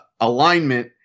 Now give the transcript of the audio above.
alignment